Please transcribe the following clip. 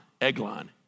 Eglon